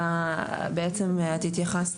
בעצם את התייחסת,